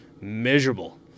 Miserable